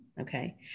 Okay